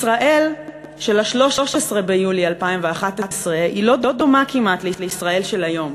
ישראל של 3 ביולי 2011 לא דומה כמעט לישראל של היום.